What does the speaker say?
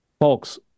Folks